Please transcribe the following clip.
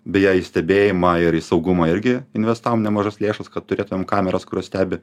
beje į stebėjimą ir į saugumą irgi investavom nemažas lėšas kad turėtumėm kameras kurios stebi